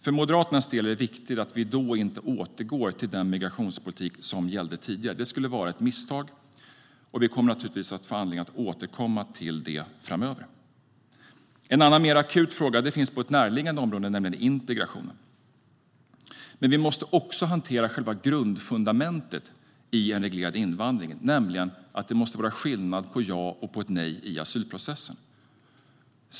För Moderaterna är det viktigt att vi då inte återgår till den migrationspolitik som gällde tidigare - det skulle vara ett misstag. Vi kommer naturligtvis att få anledning att återkomma till det framöver. En annan mer akut fråga finns på ett närliggande område, nämligen integrationen. Men vi måste också hantera själva grundfundamentet i en reglerad invandring, nämligen att det måste vara skillnad på ett ja och ett nej i asylprocessen.